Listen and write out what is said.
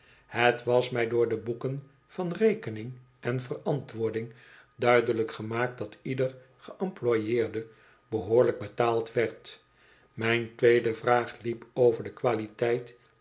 het was mij door de boeken van rekening en verantwoording duidelijk gemaakt dat ieder geëmployeerde behoorlijk betaald werd mijn tweede vraag liep over de qualiteit